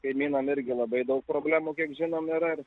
kaimynam irgi labai daug problemų kiek žinom yra